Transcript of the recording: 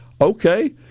okay